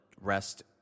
rest